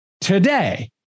today